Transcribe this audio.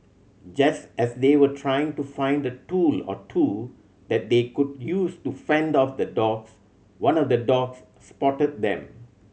just as they were trying to find a tool or two that they could use to fend off the dogs one of the dogs spotted them